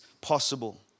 possible